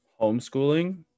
Homeschooling